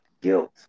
Guilt